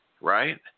right